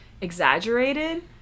exaggerated